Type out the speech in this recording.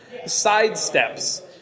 sidesteps